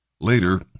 Later